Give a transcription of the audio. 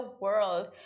world